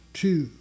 two